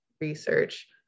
research